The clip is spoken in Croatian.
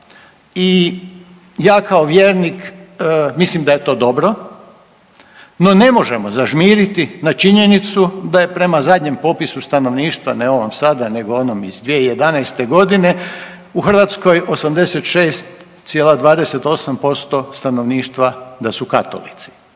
i ja kao vjernik mislim da je to dobro, no ne možemo zažmiri na činjenicu da je prema zadnjem popisu stanovništva ne ovom sada nego onom iz 2011. godine u Hrvatskoj 86,28% stanovništva da su Katolici.